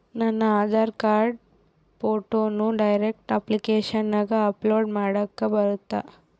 ನನ್ನ ಆಧಾರ್ ಕಾರ್ಡ್ ಫೋಟೋನ ಡೈರೆಕ್ಟ್ ಅಪ್ಲಿಕೇಶನಗ ಅಪ್ಲೋಡ್ ಮಾಡಾಕ ಬರುತ್ತಾ?